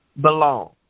belong